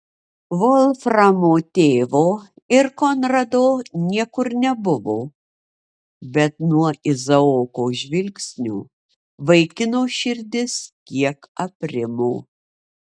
volframo tėvo ir konrado niekur nebuvo bet nuo izaoko žvilgsnio vaikino širdis kiek aprimo